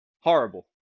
Horrible